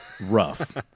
rough